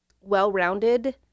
well-rounded